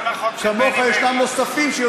כמוך יש נוספים, מה עם החוק של בני בגין?